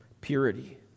purity